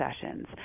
sessions